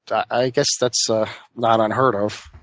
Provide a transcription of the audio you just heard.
i guess that's ah not unheard of.